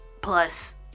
plus